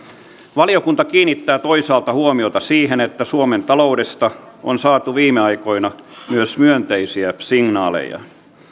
valiokunta kiinnittää toisaalta huomiota siihen että suomen taloudesta on saatu viime aikoina myös myönteisiä signaaleja